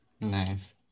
Nice